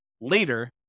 later